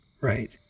Right